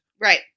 Right